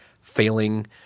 failing